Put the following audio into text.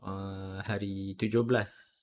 err hari tujuh belas